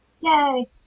Yay